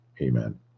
Amen